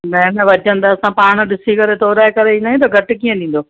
न न वज़न त असां पाण ॾिसी करे तोराए करे ईंदा आहियूं त घटि कीअं ॾींदो